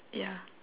ya